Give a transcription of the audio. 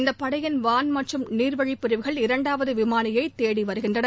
இந்த படையின் வான் மற்றும் நீாவழி பிரிவுகள் இரண்டாவது விமானியை தேடி வருகின்றன